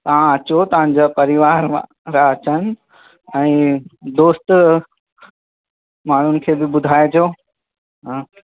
तव्हां अचो तव्हांजा परिवार वारा अचनि ऐं दोस्त माण्हुनि खे बि ॿुधाइजो हूं